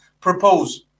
propose